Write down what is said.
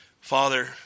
father